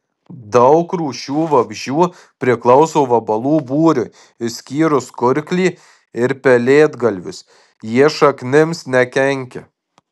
daug rūšių vabzdžių priklauso vabalų būriui išskyrus kurklį ir pelėdgalvius jie šaknims nekenkia